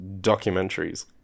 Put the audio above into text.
documentaries